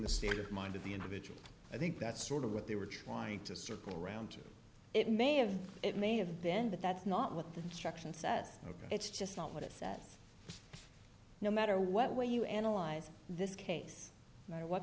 the state of mind of the individual i think that's sort of what they were trying to circle around to it may have it may have then but that's not what the instruction says it's just not what it says no matter what way you analyze this case by what